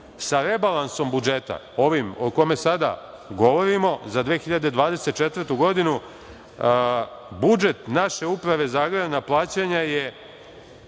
Sa rebalansom budžeta, ovim o kome sada govorimo za 2024. godinu, budžet naše Uprave za agrarna plaćanja je